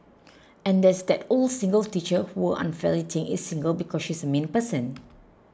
and there's that old single teacher who unfairly think is single because she's a mean person